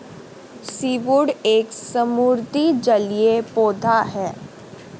seaweed एक समुद्री जलीय पौधा है